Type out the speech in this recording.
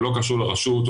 הוא לא קשור לרשות,